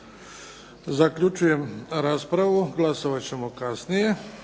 Zaključujem raspravu. Glasovat ćemo kasnije.